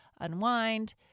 unwind